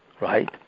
right